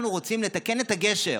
אנחנו רוצים לתקן את הגשר,